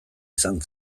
izan